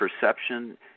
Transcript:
perception